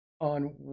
on